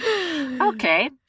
Okay